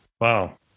Wow